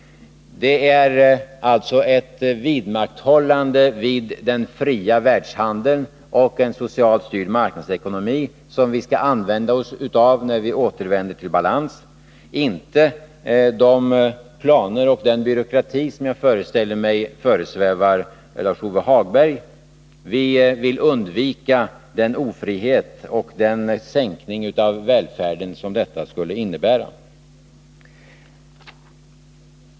Det är alltså ett vidmakthållande av den fria världshandeln och en socialt styrd marknadsekonomi som vi skall använda oss av när vi återvänder till balans — inte de planer och den byråkrati som jag föreställer mig föresvävar Lars-Ove Hagberg. Vi vill undvika den ofrihet och den sänkning av välfärden som detta skulle innebära.